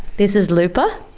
this is lupa.